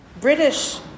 British